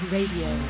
Radio